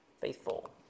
Faithful